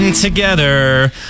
Together